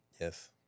Yes